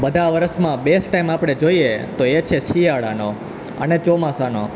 બધા વર્ષમાં best time આપણે જોઈએ તો એ છે શિયાળાનો અને ચોમાસાનો